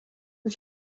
you